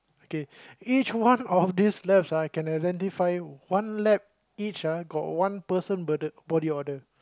okay each one of these labs ah I can identify one lab each ah got one person burden body odour